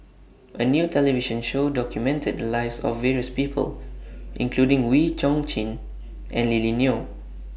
A New television Show documented The Lives of various People including Wee Chong Jin and Lily Neo